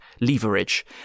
leverage